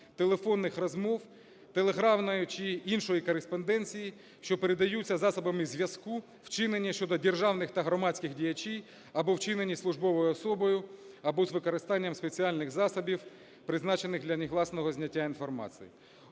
телефонних розмов, телеграфної чи іншої кореспонденції, що передаються засобами зв'язку, вчинених щодо державних та громадських діячів або вчинені службовою особою, або з використанням спеціальних засобів, призначених для негласного зняття інформації.